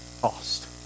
cost